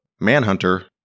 Manhunter